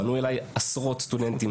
פנו אליי עשרות סטודנטים,